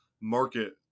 market